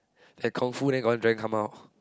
that kung fu then got one dragon come out